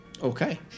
Okay